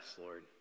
Lord